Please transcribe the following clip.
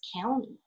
county